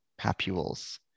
papules